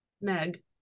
Meg